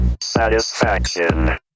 satisfaction